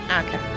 Okay